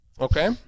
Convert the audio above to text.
Okay